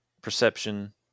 Perception